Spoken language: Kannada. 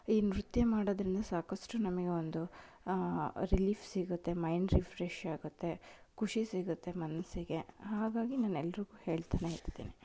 ಈ ನೃತ್ಯ ಮಾಡೋದರಿಂದ ಸಾಕಷ್ಟು ನಮಗೆ ಒಂದು ರಿಲೀಫ್ ಸಿಗುತ್ತೆ ಮೈಂಡ್ ರಿಫ್ರೆಶ್ ಆಗುತ್ತೆ ಖುಷಿ ಸಿಗುತ್ತೆ ಮನಸ್ಸಿಗೆ ಹಾಗಾಗಿ ನಾನು ಎಲ್ಲರಿಗೂ ಹೇಳ್ತನೇ ಇರ್ತೀನಿ